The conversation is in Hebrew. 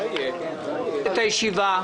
אני מחדש את הישיבה.